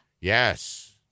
Yes